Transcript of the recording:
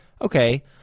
Okay